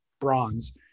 bronze